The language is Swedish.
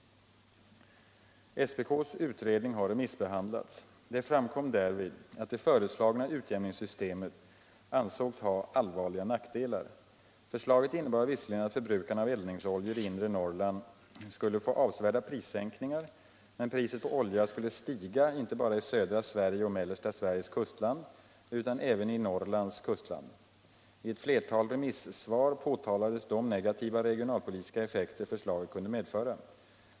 SPK:s utredning har remissbehandlats. Det framkom därvid att det föreslagna utjämningssystemet ansågs ha allvarliga nackdelar. Förslaget innebar visserligen att förbrukarna av eldningsoljor i inre Norrland skulle få avsevärda prissänkningar, men priset på olja skulle stiga inte bara i södra Sverige och mellersta Sveriges kustland utan även i Norrlands kustland. I ett flertal remissvar påtalades de negativa regionalpolitiska effekter förslaget kunde medföra.